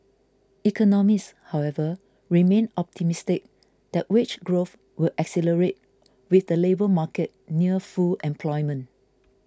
economists however remain optimistic that wage growth will accelerate with the labour market near full employment